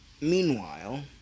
Meanwhile